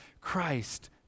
Christ